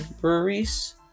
breweries